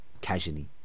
Casually